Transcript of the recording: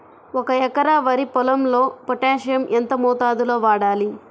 ఒక ఎకరా వరి పొలంలో పోటాషియం ఎంత మోతాదులో వాడాలి?